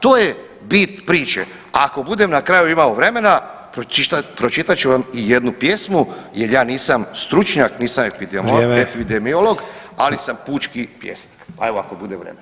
To je bit priče, a ako budem na kraju imao vremena pročitat ću vam i jednu pjesmu jel ja nisam stručnjak, nisam epidemiolog, ali sam pučki pjesnik, pa evo ako bude vremena.